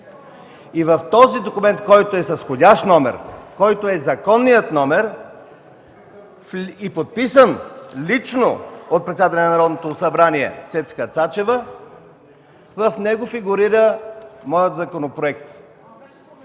В този документ, който е с входящ номер, който е законният номер, подписан лично от председателя на Народното събрание Цецка Цачева, в него фигурира моят законопроект.